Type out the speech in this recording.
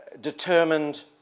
determined